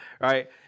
Right